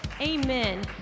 Amen